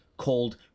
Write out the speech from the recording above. called